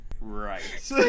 right